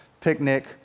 picnic